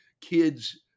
kids